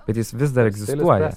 bet jis vis dar egzistuoja